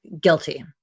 guilty